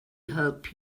help